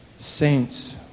saints